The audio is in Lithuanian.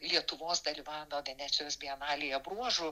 lietuvos dalyvavimo venecijos bienalėje bruožu